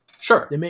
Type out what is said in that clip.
Sure